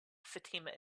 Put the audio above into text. fatima